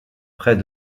près